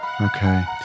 Okay